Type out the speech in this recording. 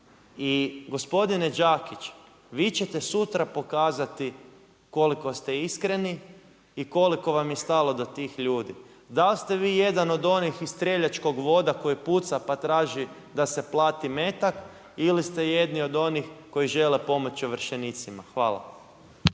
I gospodine Đakić, vi ćete sutra pokazati koliko ste iskreni i koliko vam je stalo do tih ljudi. Da li ste vi jedan od onih iz streljačkog voda koji puca pa traži da se plati metak ili ste jedni od onih koji žele pomoći ovršenicima? Hvala.